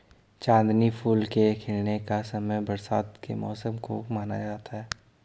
चांदनी फूल के खिलने का समय बरसात के मौसम को माना जाता है